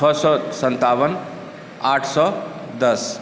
छह सओ सतावन आठ सओ दस